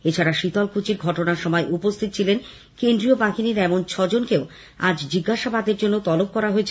এদিকে শীতলকুচি ঘটনার সময় উপস্হিত ছিলেন কেন্দ্রীয় বাহিনীর এমন ছয়জনকেও আজ জিজ্ঞাসাবাদের জন্য তলব করা হয়েছে